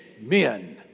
men